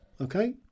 okay